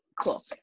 Cool